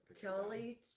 Kelly